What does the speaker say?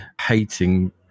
hating